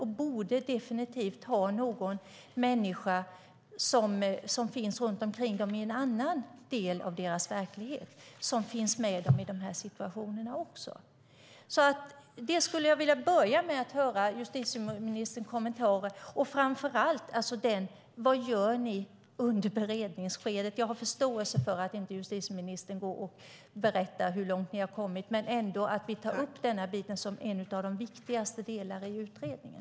De borde absolut ha någon människa som finns runt omkring dem i en annan del av deras verklighet som finns med dem också i de här situationerna. Jag skulle till en början vilja höra justitieministerns kommentarer till det och framför allt vad ni gör under beredningsskedet. Jag har förståelse för att justitieministern inte berättar hur långt ni har kommit. Men jag vill ändå ta upp denna bit som en av de viktigaste delarna i utredningen.